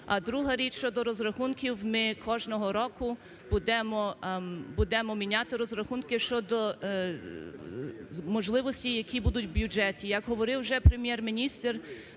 друга річ щодо розрахунків. Ми кожного року будемо міняти розрахунки щодо можливості, які будуть у бюджеті. Як говорив вже Прем'єр-міністр,